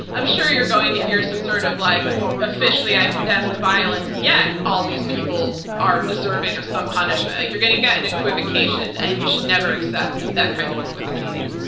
i'm sure you're going to hear some sort of like officially, i condemn the violence, yet all these people are deserving of some punishment. like you're gonna get an equivocation, and you should never accept that kind of equivocating.